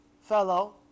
fellow